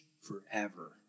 Forever